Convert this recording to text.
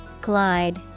Glide